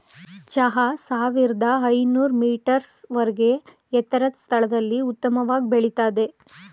ಚಹಾ ಸಾವಿರ್ದ ಐನೂರ್ ಮೀಟರ್ಸ್ ವರ್ಗೆ ಎತ್ತರದ್ ಸ್ಥಳದಲ್ಲಿ ಉತ್ತಮವಾಗ್ ಬೆಳಿತದೆ